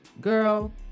Girl